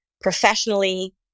professionally